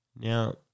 Now